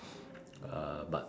uh